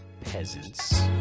peasants